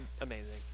amazing